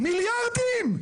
מיליארדים.